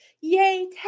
Yay